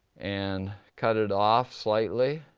and cut it off slightly.